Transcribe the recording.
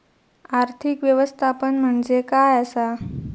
आर्थिक व्यवस्थापन म्हणजे काय असा?